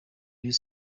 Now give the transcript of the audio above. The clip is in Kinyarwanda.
rayon